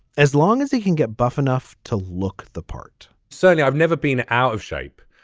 as long as he can get buff enough to look the part certainly i've never been out of shape.